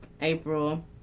April